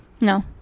no